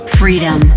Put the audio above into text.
freedom